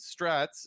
strats